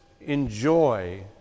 enjoy